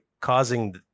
causing